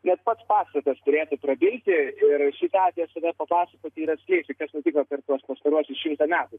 net pats pastatas turėtų prabilti ir šį tą apie save papasakoti ir atskleisti kas nutiko per tuos pastaruosius šimtą metų